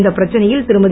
இந்த பிரச்சனையில் திருமதி